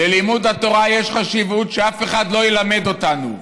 ללימוד התורה יש חשיבות, שאף אחד לא ילמד אותנו: